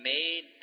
Made